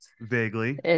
vaguely